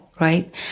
Right